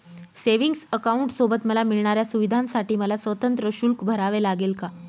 Savings अकाउंटसोबत मला मिळणाऱ्या सुविधांसाठी मला स्वतंत्र शुल्क भरावे लागेल का?